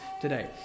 today